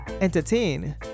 entertain